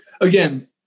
again